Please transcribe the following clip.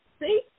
See